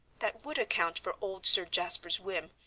that would account for old sir jasper's whim,